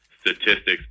statistics